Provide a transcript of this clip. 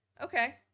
okay